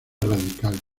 radical